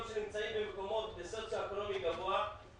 מעונות יום שנמצאים במקומות בסוציו-אקונומי גבוה,